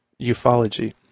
ufology